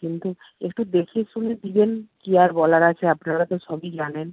কিন্তু একটু দেখেশুনে দেবেন কী আর বলার আছে আপনারা তো সবই জানেন